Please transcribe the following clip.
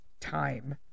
time